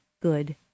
good